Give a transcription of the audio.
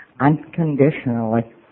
unconditionally